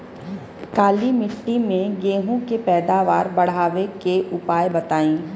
काली मिट्टी में गेहूँ के पैदावार बढ़ावे के उपाय बताई?